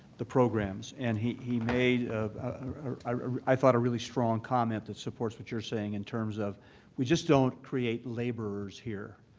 the programs, and he he made ah i thought a really strong comment that supports what you're saying in terms of we just don't create laborers here.